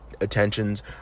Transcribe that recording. attentions